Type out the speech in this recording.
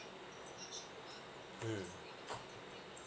mm